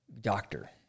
doctor